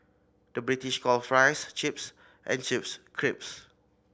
the British calls fries chips and chips